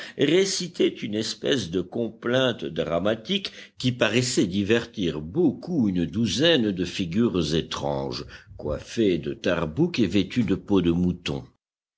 récitaient une espèce de complainte dramatique qui paraissait divertir beaucoup une douzaine de figures étranges coiffées de tarbouchs et vêtues de peau de mouton